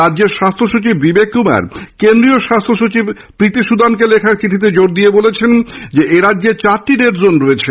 রাজ্যের স্বাস্হ্য সচিব বিবেক কুমার কেন্দ্রীয় স্বাস্হ্য সচিব প্রীতি সুদানকে লেখা চিঠিতে জোর দিয়ে বলেছেন এরাজ্যে চারটি রেডজোন রয়েছে